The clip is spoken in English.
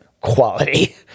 quality